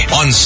on